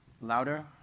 Louder